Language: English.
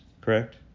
correct